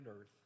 Earth